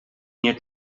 nie